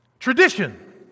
Tradition